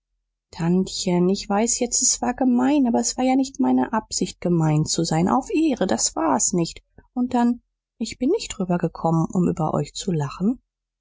tantchen ich weiß jetzt s war gemein aber s war ja nicht meine absicht gemein zu sein auf ehre das war's nicht und dann ich bin nicht rüber gekommen um über euch zu lachen